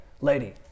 lady